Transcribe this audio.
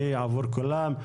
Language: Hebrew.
אני עבור כולם.